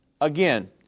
Again